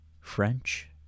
French